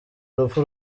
urupfu